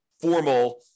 formal